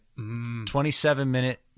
27-minute